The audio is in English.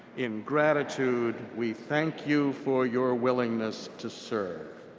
in gratitude, we thank you for your willingness to serve.